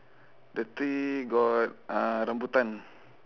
the three got uh rambutan